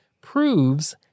proves